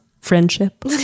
friendship